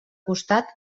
costat